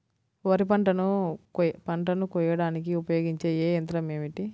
వరిపంటను పంటను కోయడానికి ఉపయోగించే ఏ యంత్రం ఏమిటి?